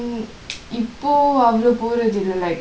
இப்போ அவலொ போரதில்லை:ippo avalo porathillai